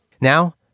Now